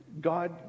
God